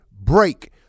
break